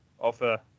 offer